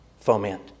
foment